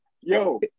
Yo